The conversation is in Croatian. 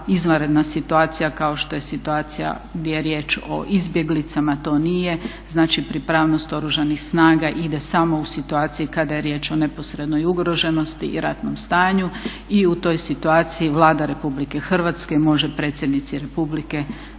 izvanredna situacija kao što je situacija gdje je riječ o izbjeglicama to nije. Znači pripravnost Oružanih snaga ide samo u situaciji kada je riječ o neposrednoj ugroženosti i ratnom stanju i u toj situaciji Vlada Republike Hrvatske može predsjednici Republike znači